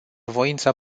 voința